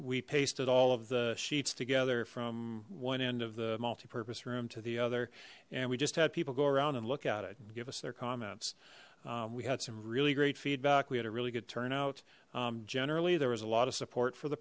we pasted all of the sheets together from one end of the multi purpose room to the other and we just had people go around and look at it and give us their comments we had some really great feedback we had a really good turnout generally there was a lot of support for the